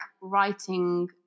writing –